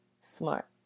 smart